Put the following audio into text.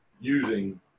using